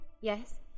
Yes